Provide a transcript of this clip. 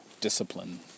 discipline